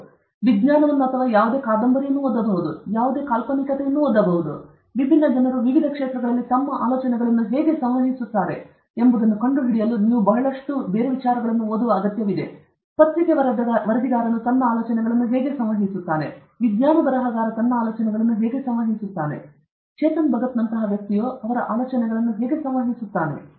ನೀವು ವಿಜ್ಞಾನವನ್ನು ಮಾಡಬಹುದು ನೀವು ಕಾದಂಬರಿಯನ್ನು ಓದಬಹುದು ನೀವು ಯಾವುದೇ ಕಾಲ್ಪನಿಕತೆಯನ್ನು ಓದಬಹುದು ವಿಭಿನ್ನ ಜನರು ವಿವಿಧ ಕ್ಷೇತ್ರಗಳಲ್ಲಿ ತಮ್ಮ ಆಲೋಚನೆಗಳನ್ನು ಹೇಗೆ ಸಂವಹಿಸುತ್ತಾರೆ ಎಂಬುದನ್ನು ಕಂಡುಹಿಡಿಯಲು ನೀವು ಓದುವ ಬಹಳಷ್ಟು ಮಾಡಬೇಕು ಪತ್ರಿಕೆ ವರದಿಗಾರನು ತನ್ನ ಆಲೋಚನೆಗಳನ್ನು ಹೇಗೆ ಸಂವಹಿಸುತ್ತಾನೆ ವಿಜ್ಞಾನ ಬರಹಗಾರ ತನ್ನ ಆಲೋಚನೆಗಳನ್ನು ಹೇಗೆ ಸಂವಹಿಸುತ್ತಾನೆ ಚೇತನ್ ಭಗತ್ ನಂತಹ ವ್ಯಕ್ತಿಯು ಅವರ ಆಲೋಚನೆಗಳನ್ನು ಹೇಗೆ ಸಂವಹಿಸುತ್ತಾನೆ